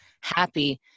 happy